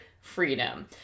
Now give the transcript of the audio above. freedom